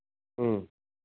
ꯎꯝ